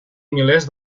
milers